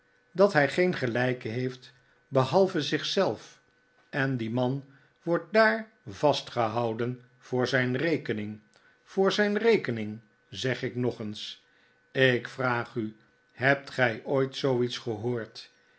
dat hij geen gelijke heeft behalve zich zelf en die man wordt daar vastgehouden voor zijn rekening voor zijn rekening zeg ik nog eens ik vraag u hebt gij ooit zooiets gehoord